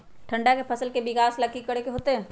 ठंडा में फसल के विकास ला की करे के होतै?